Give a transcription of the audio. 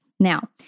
Now